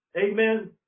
Amen